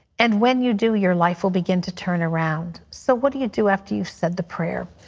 and when you do, your life will begin to turn around. so what do you do after you said the prayer?